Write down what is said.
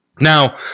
Now